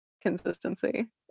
consistency